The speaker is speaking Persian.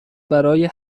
برای